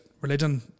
religion